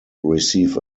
receive